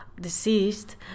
deceased